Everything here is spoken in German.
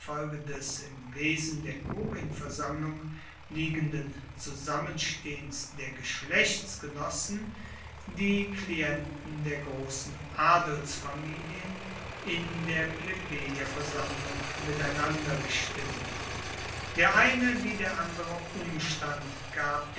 im wesen der kurienversammlung liegenden zusammenstehens der geschlechtsgenossen die klienten der grossen adelsfamilien in der plebejerversammlung miteinander gestimmt der eine wie der andere umstand gab